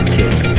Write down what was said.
Tips